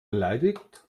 beleidigt